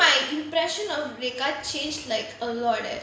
ya actually my impression of rhaegal changed like a lot eh